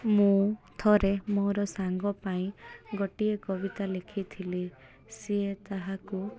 ମୁଁ ଥରେ ମୋର ସାଙ୍ଗ ପାଇଁ ଗୋଟିଏ କବିତା ଲେଖିଥିଲି ସିଏ ତାହାକୁ